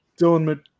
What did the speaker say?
Dylan